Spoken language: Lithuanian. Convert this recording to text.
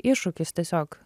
iššūkis tiesiog